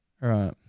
Right